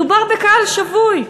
מדובר בקהל שבוי.